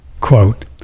quote